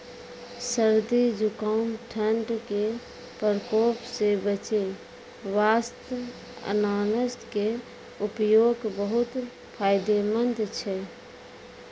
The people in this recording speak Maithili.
सर्दी, जुकाम, ठंड के प्रकोप सॅ बचै वास्तॅ अनानस के उपयोग बहुत फायदेमंद छै